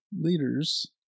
leaders